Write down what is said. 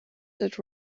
that